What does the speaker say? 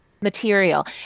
material